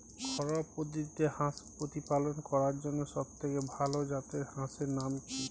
ঘরোয়া পদ্ধতিতে হাঁস প্রতিপালন করার জন্য সবথেকে ভাল জাতের হাঁসের নাম কি?